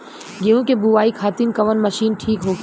गेहूँ के बुआई खातिन कवन मशीन ठीक होखि?